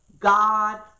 God